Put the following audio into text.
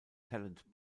talent